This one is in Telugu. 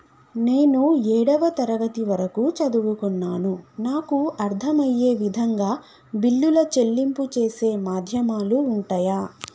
నేను ఏడవ తరగతి వరకు చదువుకున్నాను నాకు అర్దం అయ్యే విధంగా బిల్లుల చెల్లింపు చేసే మాధ్యమాలు ఉంటయా?